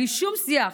בלי שום שיח,